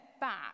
back